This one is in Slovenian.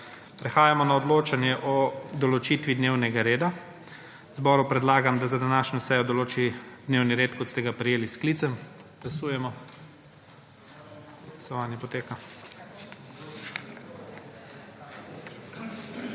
Prehajamo na odločanje o določitvi dnevnega reda. Zboru predlagam, da za današnjo sejo določi dnevni red, kot ste ga prejeli s sklicem. Glasujemo. Navzočih